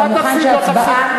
אתה מוכן שהצבעה,